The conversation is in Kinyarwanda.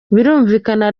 birumvikana